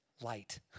light